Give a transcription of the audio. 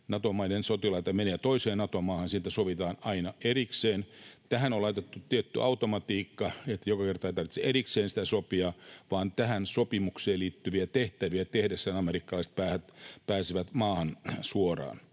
Nato-maiden sotilaita menee toiseen Nato-maahan, siitä sovitaan aina erikseen. Tähän on laitettu tietty automatiikka, että joka kerta ei tarvitse erikseen sitä sopia vaan tähän sopimukseen liittyviä tehtäviä tehdessään amerikkalaiset pääsevät maahan suoraan.